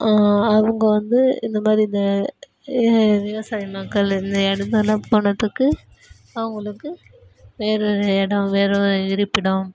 அவங்க வந்து இந்த மாதிரி இந்த விவசாய மக்கள் இந்த இடத்துலாம் போனத்துக்கு அவங்களுக்கு வேறு ஒரு இடம் வேறு ஒரு இருப்பிடம்